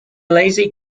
lazy